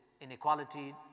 inequality